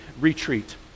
retreat